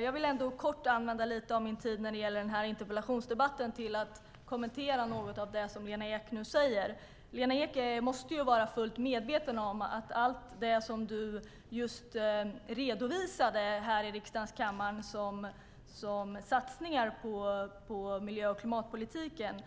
Jag vill ändå kort använda lite av min tid i interpellationsdebatten till att kommentera något av det Lena Ek nu säger. Lena Ek måste vara fullt medveten om att allt som hon redovisade här i riksdagens kammare som satsningar på miljö och klimatpolitiken